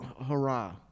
hurrah